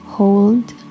Hold